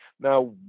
now